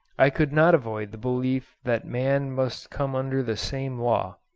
i could not avoid the belief that man must come under the same law.